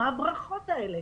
מה הברכות האלה?